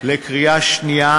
לקריאה שנייה